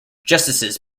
justices